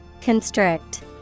Constrict